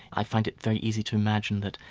i find it very easy to imagine that,